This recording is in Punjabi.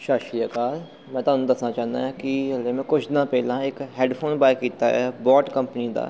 ਸਤਿ ਸ਼੍ਰੀ ਅਕਾਲ ਮੈਂ ਤੁਹਾਨੂੰ ਦੱਸਣਾ ਚਾਹੁੰਦਾ ਕਿ ਹਾਲੇ ਮੈਂ ਕੁਛ ਦਿਨਾਂ ਪਹਿਲਾਂ ਇੱਕ ਹੈਡਫੋਨ ਬਾਏ ਕੀਤਾ ਹੈ ਬੌਟ ਕੰਪਨੀ ਦਾ